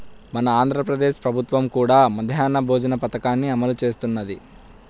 మన ఆంధ్ర ప్రదేశ్ ప్రభుత్వం కూడా మధ్యాహ్న భోజన పథకాన్ని అమలు చేస్తున్నది